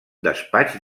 despatx